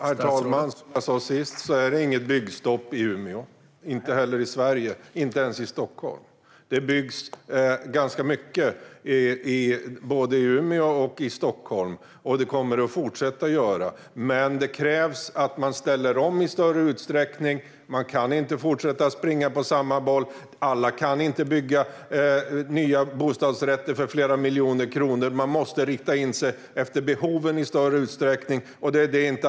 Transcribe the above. Herr talman! Som jag sa sist finns det inget byggstopp i Umeå, inte heller i övriga Sverige och inte ens i Stockholm. Det byggs ganska mycket i både Umeå och Stockholm, och det kommer att fortsätta byggas. Det krävs dock att man ställer om i större utsträckning. Man kan inte fortsätta springa på samma boll. Alla kan inte bygga nya bostadsrätter för flera miljoner kronor. Man måste i större utsträckning rikta in sig efter behoven.